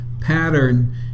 pattern